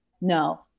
No